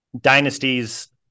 dynasties